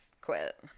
quit